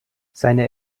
seine